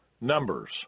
Numbers